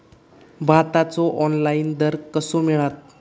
भाताचो ऑनलाइन दर कसो मिळात?